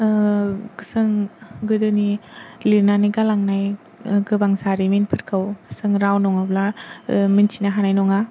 जों गोदोनि लिरनानै गालांनाय गोबां जारिमिनफोरखौ जों राव नङाब्ला मिनथिनो हानाय नङा